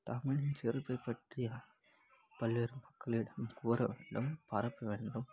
தமிழின் சிறப்பைப் பற்றி பல்வேறு மக்களிடம் கூற வேண்டும் பரப்ப வேண்டும்